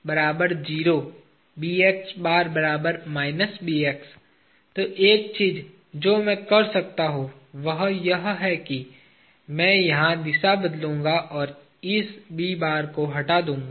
तो एक चीज जो मैं कर सकता हूं वह यह है कि मैं यहां दिशा बदलूंगा और इस को हटा दूंगा